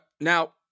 Now